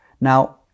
Now